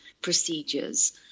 Procedures